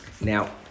Now